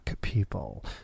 people